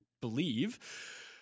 believe